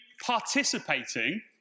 participating